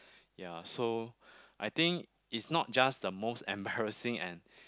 ya so I think it's not just the most embarrassing and